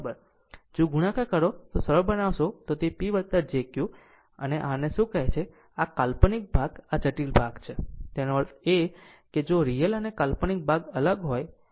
જો ગુણાકાર કરો અને સરળ બનાવશો તો P jQ આ એક અને r શું કહે છે અને આ કાલ્પનિક ભાગ આ એક જટિલ ભાગ છે તે આ છે તેનો અર્થ r તેનો અર્થ એ છે કે જો રીયલ અને કાલ્પનિક ભાગ અલગ હોય